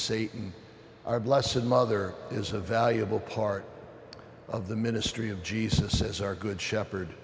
satan our blessing mother is a valuable part of the ministry of jesus as our good shepherd